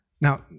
Now